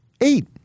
eight